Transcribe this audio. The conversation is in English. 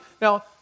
Now